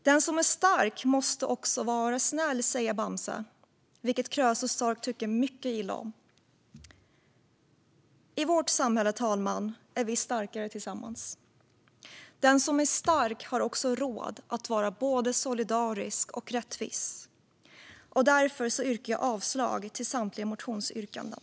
Den som är stark måste också vara snäll, säger Bamse, vilket Krösus Sork tycker mycket illa om. I vårt samhälle, fru talman, är vi starkare tillsammans. Den som är stark har råd att vara både solidarisk och rättvis. Jag yrkar därför avslag på samtliga motionsyrkanden.